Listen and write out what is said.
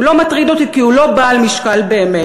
הוא לא מטריד אותי כי הוא לא בעל משקל באמת.